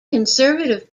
conservative